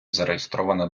зареєстрована